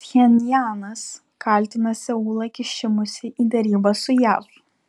pchenjanas kaltina seulą kišimusi į derybas su jav